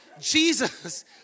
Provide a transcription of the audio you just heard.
Jesus